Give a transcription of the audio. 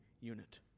unit